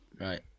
Right